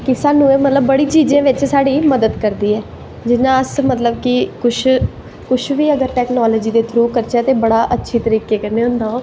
कि एह् बड़ी चीज़ें बिच्च साढ़ी मदद करदी ऐ जियां अस मतलव कि कुश कुश बी अगर टैकनॉलजी कन्नै करचै ते बड़े अच्छे तरीके कन्नै होंदा